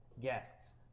guests